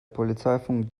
polizeifunk